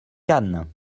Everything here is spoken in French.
cannes